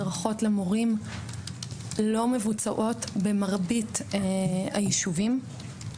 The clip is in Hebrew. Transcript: הדרכות למורים לא מבוצעות במרבית הישובים,